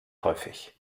häufig